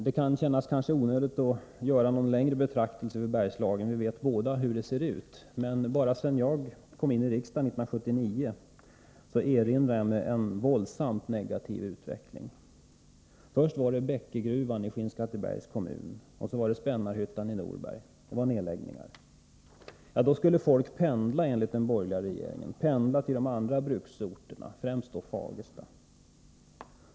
Det kan kännas onödigt med en längre betraktelse över Bergslagen — vi vet båda hur det ser ut — men jag kan erinra mig en våldsamt negativ utveckling bara sedan jag kom in i riksdagen, 1979. Först var det Bäckegruvan i Skinnskattebergs kommun och sedan Spännarhyttan i Norberg som lades ner. Då skulle folk enligt den borgerliga regeringen pendla till de andra bruksorterna, främst Fagersta.